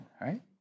Right